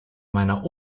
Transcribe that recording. meiner